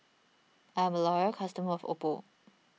I'm a loyal customer of Oppo